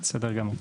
בסדר גמור.